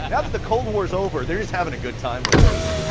and that the cold war's over, they're just having a good time with this.